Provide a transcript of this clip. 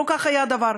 לא כך היה הדבר.